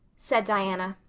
said diana.